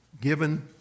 given